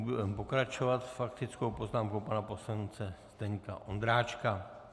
Budeme pokračovat faktickou poznámkou pana poslance Zdeňka Ondráčka.